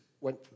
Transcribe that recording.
went